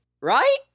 Right